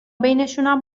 بینشونم